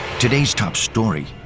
today's top story,